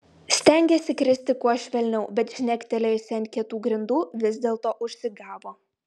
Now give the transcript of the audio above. stengėsi kristi kuo švelniau bet žnektelėjusi ant kietų grindų vis dėlto užsigavo